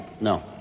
No